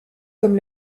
comme